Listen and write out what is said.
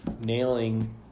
nailing